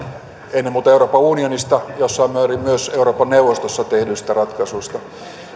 ennen muuta euroopan unionista jossain määrin myös euroopan neuvostossa tehdyistä ratkaisuista